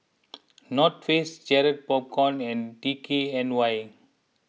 North Face Garrett Popcorn and D K N Y